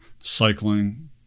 cycling